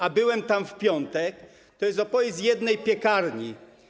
a byłem tam w piątek, to jest opowieść z jednej piekarni.